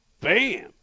Bam